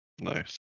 Nice